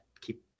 keep